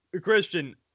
Christian